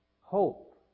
Hope